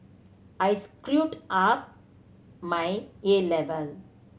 I screwed up my A level